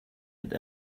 had